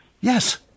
Yes